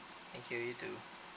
thank you you too